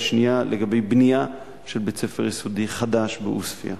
והשנייה לגבי בנייה של בית-ספר יסודי חדש בעוספיא: